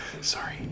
Sorry